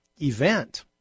event